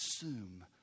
assume